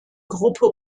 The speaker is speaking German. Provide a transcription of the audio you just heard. gruppe